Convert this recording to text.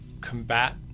combat